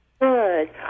Good